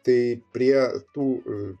tai prie tų